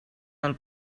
del